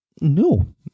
No